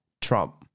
Trump